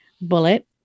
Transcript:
bullet